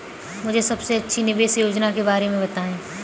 मुझे सबसे अच्छी निवेश योजना के बारे में बताएँ?